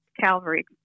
Calvary